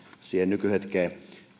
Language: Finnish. lähemmäksi nykyhetkeä